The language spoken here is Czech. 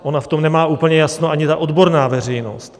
Ona v tom nemá úplně jasno ani ta odborná veřejnost.